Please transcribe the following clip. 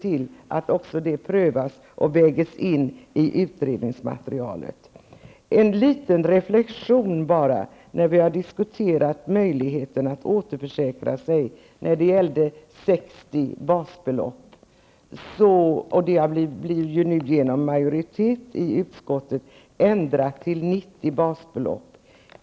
Detta bör också prövas och vägas in i utredningsmaterialet. Jag gjorde en liten reflexion när vi diskuterade möjligheterna att återförsäkra sig när det gäller 60 basbelopp, som nu enligt majoriteten i utskottet blir ändrat till 90 basbelopp.